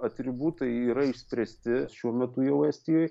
atributai yra išspręsti šiuo metu jau estijoj